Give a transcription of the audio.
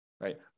right